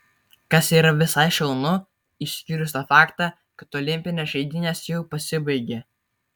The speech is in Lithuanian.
kas yra visai šaunu išskyrus tą faktą kad olimpinės žaidynės jau pasibaigė